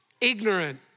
Ignorant